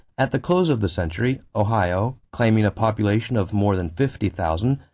at the close of the century, ohio, claiming a population of more than fifty thousand,